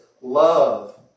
love